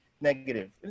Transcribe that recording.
negative